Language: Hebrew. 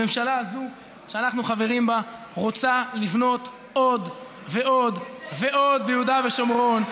הממשלה הזאת שאנחנו חברים בה רוצה לבנות עוד ועוד ועוד ביהודה ושומרון,